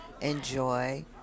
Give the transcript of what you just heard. enjoy